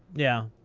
yeah.